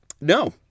No